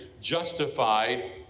justified